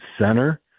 center